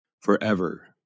forever